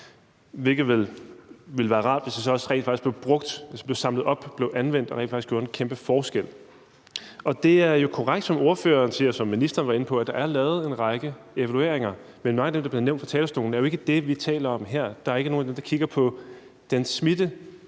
hvis det også rent faktisk blev brugt, samlet op, blev anvendt og rent faktisk gjorde en kæmpe forskel. Det er jo korrekt, hvad ordføreren siger, og som ministeren var inde på, at der er lavet en række evalueringer, men mange af dem, der blev nævnt fra talerstolen, er jo ikke det, vi taler om her. Der er ikke nogen af dem, der kigger på den